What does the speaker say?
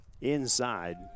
Inside